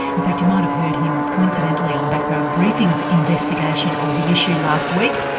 in fact you might have heard him coincidentally on background briefing's investigation of the issue last week.